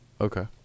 Okay